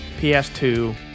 PS2